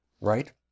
right